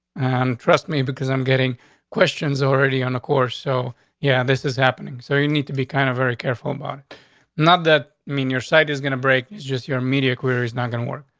i'm trust me because i'm getting questions already on the course, so yeah, this is happening. so you need to be kind of very careful about not that mean your site is gonna break is just your media queries not gonna work.